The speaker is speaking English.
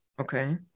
Okay